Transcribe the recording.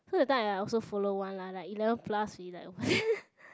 so that time I I also follow one like eleven plus we like